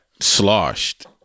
sloshed